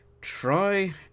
Try